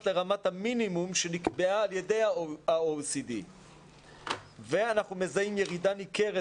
לרמת המינימום שנקבעה על ידי ה-OECD ואנחנו מזהים ירידה ניכרת